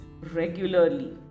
regularly